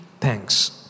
thanks